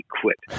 quit